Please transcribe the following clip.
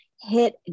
hit